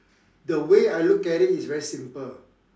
the way I look at it is very simple